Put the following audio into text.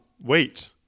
Wait